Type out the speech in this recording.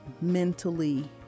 mentally